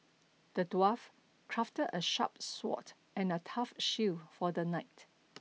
the dwarf crafted a sharp sword and a tough shield for the knight